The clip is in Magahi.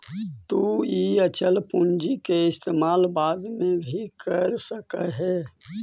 तु इ अचल पूंजी के इस्तेमाल बाद में भी कर सकऽ हे